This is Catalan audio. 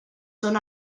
són